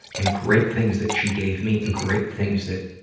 and great things that she gave me, and great things that,